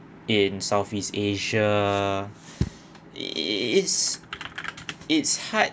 in southeast asia it's it's hard